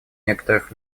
некоторых